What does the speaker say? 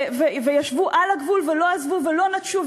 ישבו על הגבול ולא עזבו ולא נטשו,